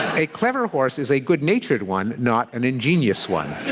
a clever horse is a good-natured one not an ingenious one.